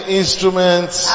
instruments